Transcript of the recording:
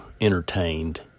entertained